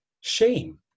shame